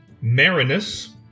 Marinus